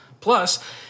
Plus